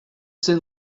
saint